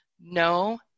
no